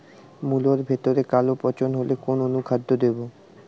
মুলোর ভেতরে কালো পচন হলে কোন অনুখাদ্য দেবো?